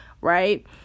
Right